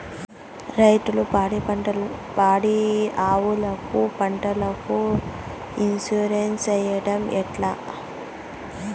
రైతులు పాడి ఆవులకు, పంటలకు, ఇన్సూరెన్సు సేయడం ఎట్లా?